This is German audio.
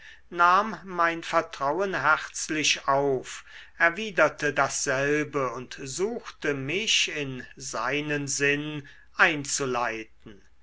nahm mein vertrauen herzlich auf erwiderte dasselbe und suchte mich in seinen sinn einzuleiten